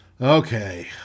okay